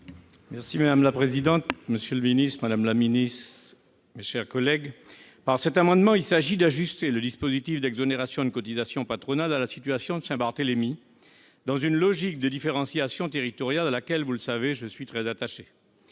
Magras. Madame la présidente, madame, monsieur les ministres, mes chers collègues, cet amendement vise à ajuster le dispositif d'exonérations de cotisations patronales à la situation de Saint-Barthélemy, dans une logique de différenciation territoriale à laquelle, vous le savez, je suis très attaché.